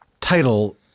title